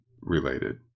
related